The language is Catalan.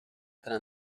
tant